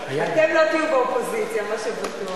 אתם לא תהיו באופוזיציה, מה שבטוח.